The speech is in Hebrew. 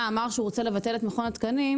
אמר שהוא רוצה לבטל את מכון התקנים.